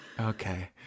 Okay